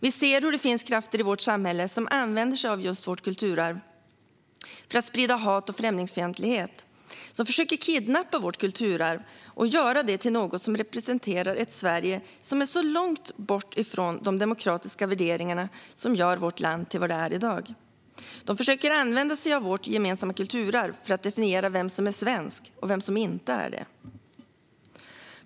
Vi ser hur det finns krafter i vårt samhälle som använder sig av just vårt kulturarv för att sprida hat och främlingsfientlighet och som försöker kidnappa vårt kulturarv och göra det till något som representerar ett Sverige som är så långt bort från de demokratiska värderingar som gör vårt land till vad det är i dag. De försöker använda sig av vårt gemensamma kulturarv för att definiera vem som är svensk och vem som inte är det.